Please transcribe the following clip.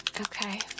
Okay